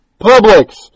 Publix